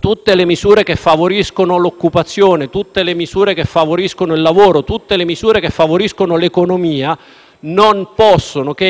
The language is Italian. tutte le misure che favoriscono l'occupazione, tutte le misure che favoriscono il lavoro e tutte le misure che favoriscono l'economia non possono che,